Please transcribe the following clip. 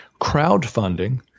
Crowdfunding